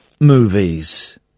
movies